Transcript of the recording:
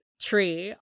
tree